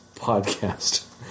podcast